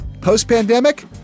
Post-pandemic